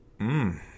Mmm